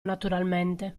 naturalmente